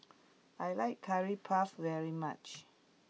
I like Curry Puff very much